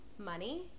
money